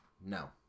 No